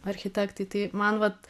architektai tai man vat